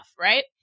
Right